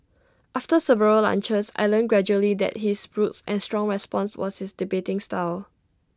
after several lunches I learnt gradually that his brusque and strong response was his debating style